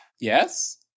Yes